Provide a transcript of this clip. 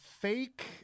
fake